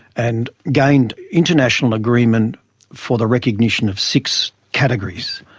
and gained international agreement for the recognition of six categories.